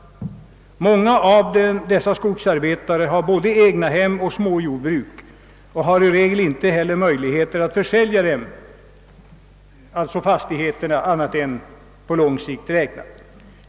Många av dessa skogsarbetare har både egnahem och småjordbruk och det finns i regel inte någon möjlighet att försälja fastigheterna annat än på lång sikt.